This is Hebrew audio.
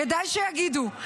כדאי שיגידו.